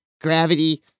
gravity